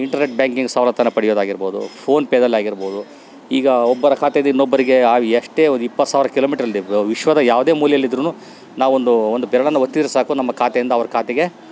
internet banking ಸವ್ಲತ್ತನ್ನು ಪಡೆಯೋದಾಗಿರ್ಬೌದು phone ಪೇದಲ್ಲಿ ಆಗಿರ್ಬೋದು ಈಗ ಒಬ್ಬರ ಖಾತೆದ್ ಇನ್ನೊಬ್ಬರಿಗೆ ಎಷ್ಟೇ ಒಂದು ಇಪ್ಪತ್ತು ಸಾವಿರ ಕಿಲೋಮಿಟ್ರ್ ಇರಲಿ ವಿಶ್ವದ ಯಾವುದೇ ಮೂಲೇಲಿ ಇದ್ರು ನಾವು ಒಂದು ಒಂದು ಬೆರೆಳನ್ನು ಒತ್ತಿದ್ರೆ ಸಾಕು ನಮ್ಮ ಖಾತೆಯಿಂದ ಅವ್ರ ಖಾತೆಗೆ